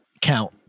count